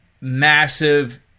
massive